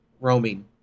roaming